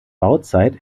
bauzeit